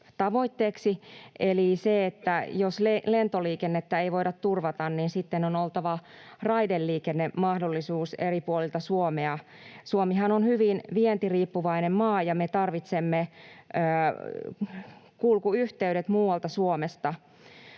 tavoitteeksi eli se, että jos lentoliikennettä ei voida turvata, niin sitten on oltava raideliikennemahdollisuus eri puolilta Suomea. Suomihan on hyvin vientiriippuvainen maa, ja me tarvitsemme kulkuyhteydet muualta Suomesta.